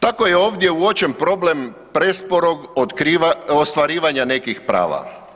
Tako je ovdje uočen problem presporog ostvarivanja nekih prava.